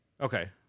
Okay